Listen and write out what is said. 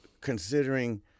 considering